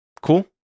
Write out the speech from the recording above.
Cool